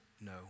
no